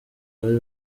bari